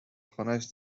خانهاش